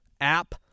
app